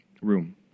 room